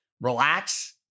relax